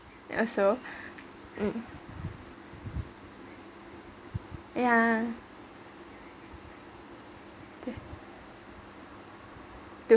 also um yeah